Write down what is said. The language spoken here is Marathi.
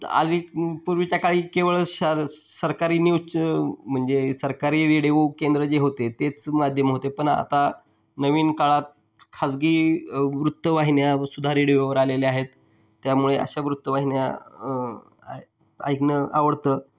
आली पूर्वीच्या काळी केवळ शार सरकारी न्यूजचं म्हणजे सरकारी रेडिओ केंद्र जे होते तेच माध्यम होते पण आता नवीन काळात खाजगी वृत्तवाहिन्या सुद्धा रेडिओवर आलेल्या आहेत त्यामुळे अशा वृत्तवाहिन्या आय ऐकणं आवडतं